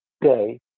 day